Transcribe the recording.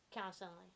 constantly